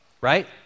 right